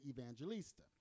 Evangelista